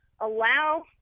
allow